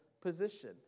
position